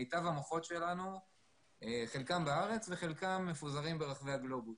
מיטב המוחות שלנו - חלקם בארץ וחלקם מפוזרים ברחבי הגלובוס.